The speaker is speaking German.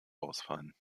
ausfallen